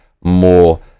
more